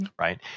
Right